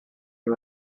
you